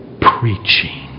preaching